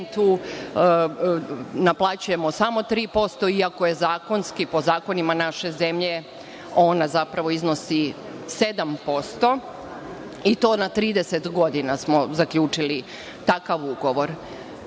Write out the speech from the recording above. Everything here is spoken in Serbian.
naplaćujemo samo 3%, iako po zakonima naše zemlje ona iznosi 7%, i to na 30 godina smo zaključili takav ugovor. Na